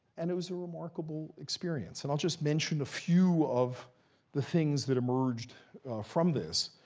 and it was a remarkable experience. and i'll just mention a few of the things that emerged from this.